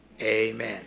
amen